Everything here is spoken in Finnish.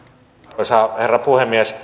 arvoisa herra puhemies